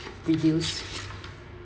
reduce